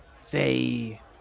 say